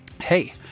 Hey